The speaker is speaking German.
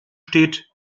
steht